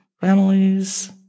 families